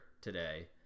today